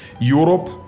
Europe